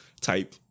type